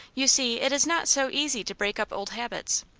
you see, it is not so easy to break up old habits.